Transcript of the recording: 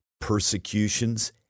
persecutions